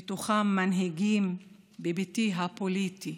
ובתוכם מנהיגים בביתי הפוליטי,